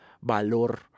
valor